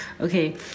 okay